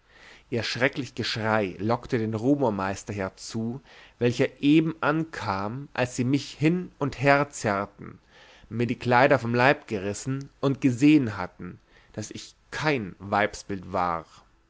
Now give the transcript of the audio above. ihr schröcklich geschrei lockte den rumormeister herzu welcher eben ankam als sie mich hin und her zerreten mir die kleider vom leib gerissen und gesehen hatten daß ich kein weibsbild war